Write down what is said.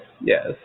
yes